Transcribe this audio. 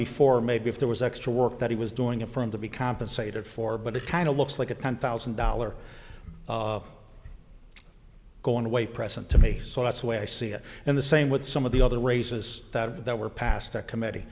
before maybe if there was extra work that he was doing it for him to be compensated for but it kind of looks like a cunt thousand dollar going away present to me so that's the way i see it and the same with some of the other races that were passed that com